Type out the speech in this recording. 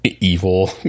evil